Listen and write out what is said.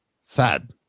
sad